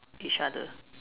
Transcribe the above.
each other